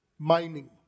Mining